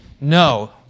No